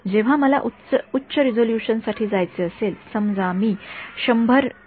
जेव्हा मला उच्च रिझोल्यूशन साठी जायचे असेल समजा मी १०० एम